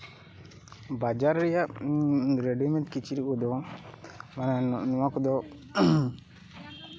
ᱵᱟᱡᱟᱨ ᱨᱮᱭᱟᱜ ᱨᱮᱰᱤᱢᱮᱰ ᱠᱤᱪᱨᱤᱪ ᱠᱚᱫᱚ ᱱᱚᱣᱟ ᱠᱚᱫᱚ